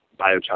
biochar